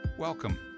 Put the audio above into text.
Welcome